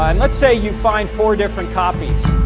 um let's say you find four different copies.